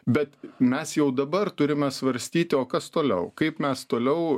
bet mes jau dabar turime svarstyti o kas toliau kaip mes toliau